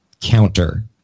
counter